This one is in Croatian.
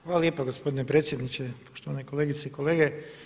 Hvala lijepa gospodine predsjedniče, poštovane kolegice i kolege.